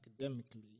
academically